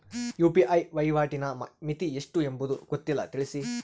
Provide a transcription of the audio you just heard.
UPI ವಹಿವಾಟಿನ ಮಿತಿ ಎಷ್ಟು ಎಂಬುದು ಗೊತ್ತಿಲ್ಲ? ತಿಳಿಸಿ?